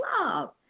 love